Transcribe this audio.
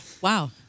Wow